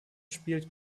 spielt